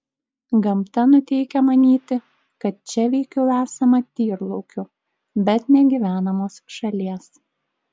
gamta nuteikia manyti kad čia veikiau esama tyrlaukių bet ne gyvenamos šalies